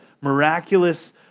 miraculous